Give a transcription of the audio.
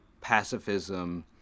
pacifism